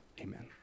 Amen